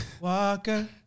Walker